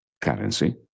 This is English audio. currency